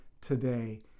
today